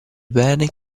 bene